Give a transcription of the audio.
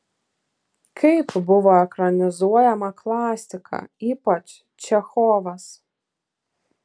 kaip buvo ekranizuojama klasika ypač čechovas